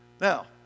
Now